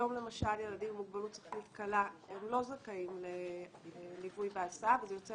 היום למשל ילדים עם מוגבלות שכלית קלה לא זכאים לליווי בהסעה וזה יוצר